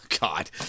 god